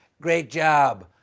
great job.